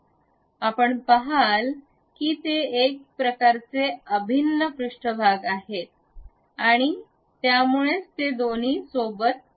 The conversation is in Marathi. आपण पहाल की ते एक प्रकारच अभिन्न पृष्ठभाग आहेत आणि यामुळेच ते दोन्ही सोबत आहेत